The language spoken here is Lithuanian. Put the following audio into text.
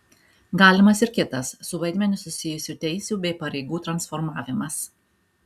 galimas ir kitas su vaidmeniu susijusių teisių bei pareigų transformavimas